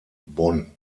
bonn